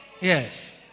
Yes